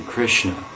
Krishna